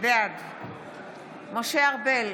בעד משה ארבל,